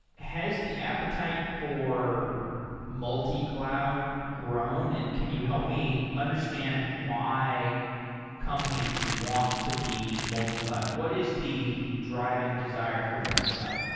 has the appetite for multi-cloud grown, and can you help me understand why companies want to be multi-cloud? what is the driving desire for multi-cloud?